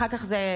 אחר כך זה,